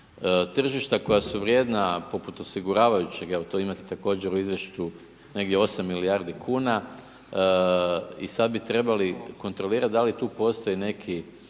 tržišta koja su vrijedna poput osiguravajućeg, evo to imate također u izvješću negdje 8 milijardi kuna i sada bi trebali kontrolirati da li tu postoji neki